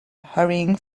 hurrying